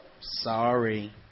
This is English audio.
Sorry